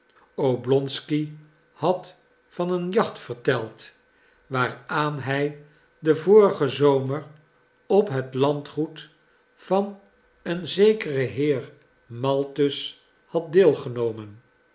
oblonsky had van een jacht verteld waaraan hij den vorigen zomer op het landgoed van een zekeren heer maltus had deelgenomen